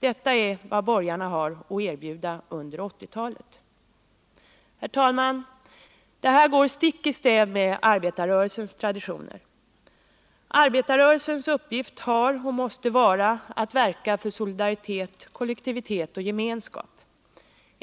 Det är vad borgarna har att erbjuda under 1980-talet. Herr talman! Detta går stick i stäv med arbetarrörelsens traditioner. Arbetarrörelsens uppgift är och måste vara att verka för solidaritet och gemenskap.